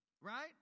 Right